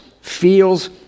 feels